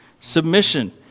Submission